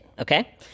okay